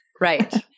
Right